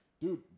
Dude